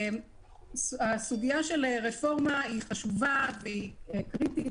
הסוגיה של רפורמה היא חשובה והיא קריטית,